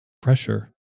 pressure